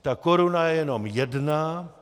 Ta koruna je jenom jedna.